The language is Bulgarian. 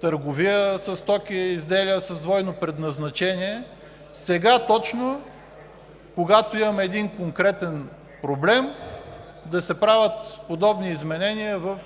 търговия със стоки и изделия с двойно предназначение сега точно, когато имаме един конкретен проблем, да се правят подобни изменения в